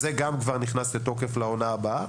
זה כבר נכנס לתוקף לעונה הבאה.